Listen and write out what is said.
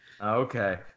Okay